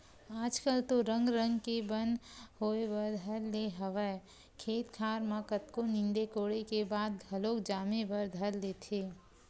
आजकल तो रंग रंग के बन होय बर धर ले हवय खेत खार म कतको नींदे कोड़े के बाद घलोक जामे बर धर लेथे